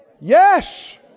Yes